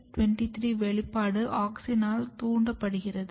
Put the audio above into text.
GATA23 வெளிப்பாடு ஆக்ஸினால் தூண்டப்படுகிறது